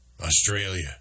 Australia